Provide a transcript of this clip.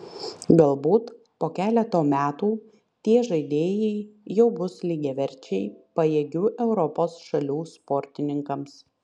galbūt po keleto metų tie žaidėjai jau bus lygiaverčiai pajėgių europos šalių sportininkams